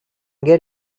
get